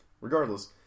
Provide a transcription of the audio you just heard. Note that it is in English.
Regardless